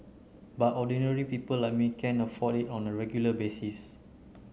but ordinary people like me can't afford it on a regular basis